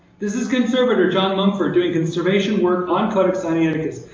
this is conservator john mumford doing conservation work on codex sinaiticus.